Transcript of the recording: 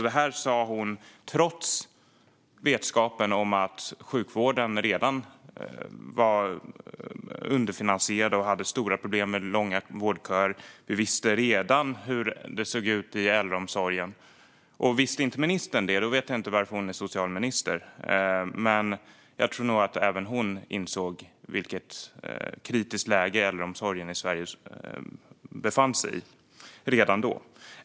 Det sa hon trots vetskap om att sjukvården var underfinansierad och att man hade stora problem med långa vårdköer. Vi visste hur det såg ut i äldreomsorgen. Visste inte ministern det vet jag inte varför hon är socialminister, men jag tror att även hon redan då insåg vilket kritiskt läge äldreomsorgen i Sverige befann sig i.